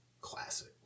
Classic